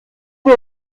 wir